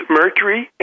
mercury